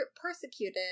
persecuted